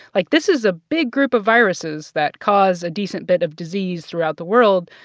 like, this is a big group of viruses that cause a decent bit of disease throughout the world.